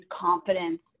confidence